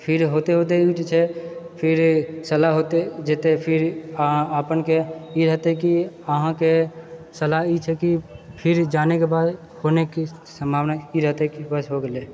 फिर होते होते ई जेछै फिर सलाह होते जेतेै फिर आपनके ई हेतए कि अहाँकेँ सलाह ई छै कि फिर जानेके बाद होनेकि सम्भावना ई रहते कि बस हो गेलै